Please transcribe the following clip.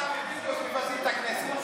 אתה ופינדרוס מבזים את הכנסת.